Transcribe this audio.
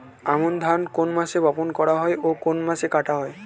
আমন ধান কোন মাসে বপন করা হয় ও কোন মাসে কাটা হয়?